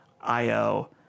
Io